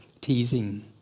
teasing